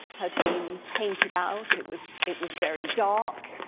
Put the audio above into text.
had been painted out, it was it was very dark.